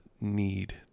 need